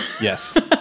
Yes